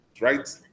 right